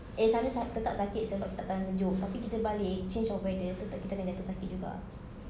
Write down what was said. eh sana sa~ tetap sakit sebab kita tak tahan sejuk tapi kita balik change of weather tetap kita akan jatuh sakit juga